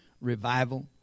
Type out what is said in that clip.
revival